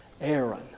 Aaron